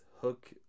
hook